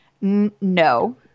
No